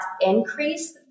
increase